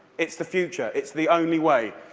it's the future. it's the only way.